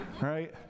right